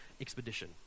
expedition